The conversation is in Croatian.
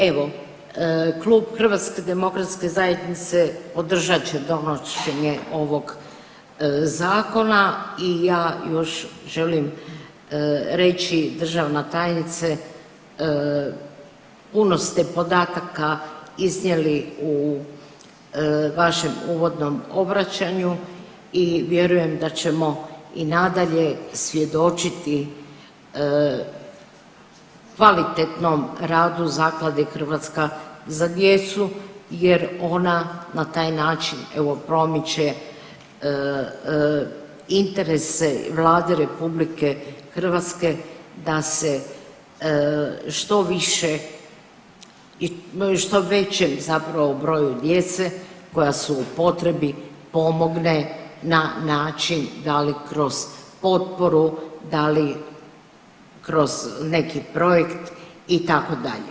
Evo klub HDZ-a podržat će donošenje ovog zakona i ja još želim reći državna tajnice puno ste podataka iznijeli u vašem uvodnom obraćanju i vjerujem da ćemo i nadalje svjedočiti kvalitetnom radu Zaklade „Hrvatska za djecu“, jer ona na taj način evo promiče interese Vlade RH da se što više i što većem zapravo broju djece koja su u potrebi pomogne na način da li kroz potporu, da li kroz neki projekt itd.